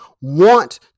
want